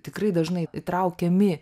tikrai dažnai įtraukiami